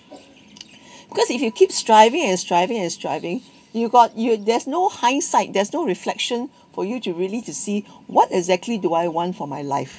cause if you keep striving and striving and striving you got you there's no hindsight there's no reflection for you to really to see what exactly do I want for my life